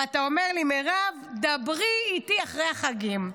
ואתה אומר לי: מירב, דברי איתי אחרי החגים.